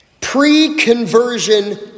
pre-conversion